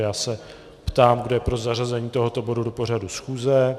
Já se ptám, kdo je pro zařazení tohoto bodu do pořadu schůze.